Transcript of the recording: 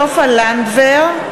(קוראת בשמות חברי הכנסת) סופה לנדבר,